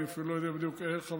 אני אפילו לא יודע בדיוק איך,